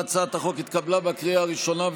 הצעת החוק התקבלה בקריאה הראשונה,